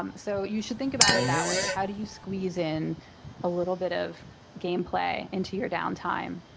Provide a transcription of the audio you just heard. um so you should think about it that way. like how do you squeeze in a little bit of gameplay into your downtime?